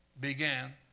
began